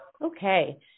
Okay